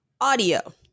Audio